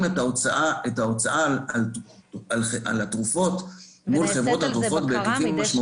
את ההוצאה על התרופות מול חברות התרופות בהיקפים משמעותיים.